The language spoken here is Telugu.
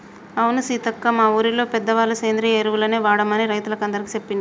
అవును సీతక్క మా ఊరిలో పెద్దవాళ్ళ సేంద్రియ ఎరువులనే వాడమని రైతులందికీ సెప్పిండ్రు